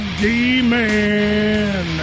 demon